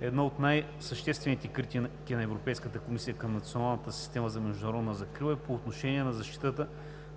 една от най-съществените критики на Европейската комисия към националната система за международна закрила е по отношение на защитата